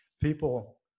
people